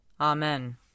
Amen